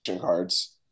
cards